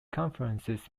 conferences